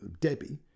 Debbie